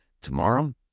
tomorrow